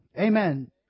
Amen